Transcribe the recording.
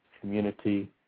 community